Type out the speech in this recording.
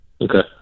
Okay